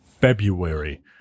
February